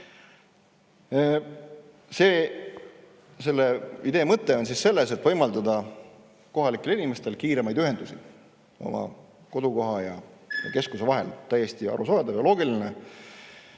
Selle mõte on võimaldada kohalikele inimestele kiiremaid ühendusi oma kodukoha ja keskuse vahel. Täiesti arusaadav ja loogiline.